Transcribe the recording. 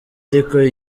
ariko